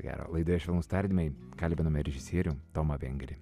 gera laidoje švelnūs tardymai kalbinome režisierių tomą vengrį